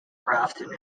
grafton